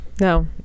No